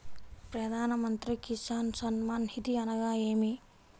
ప్రధాన మంత్రి కిసాన్ సన్మాన్ నిధి అనగా ఏమి?